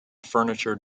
furniture